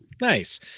Nice